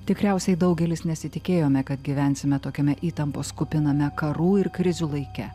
tikriausiai daugelis nesitikėjome kad gyvensime tokiame įtampos kupiname karų ir krizių laike